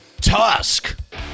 Tusk